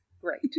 Great